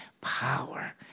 power